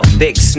big